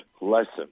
lesson